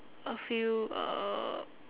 a few uh